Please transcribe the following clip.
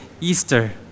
Easter